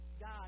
God